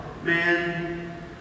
man